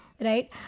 right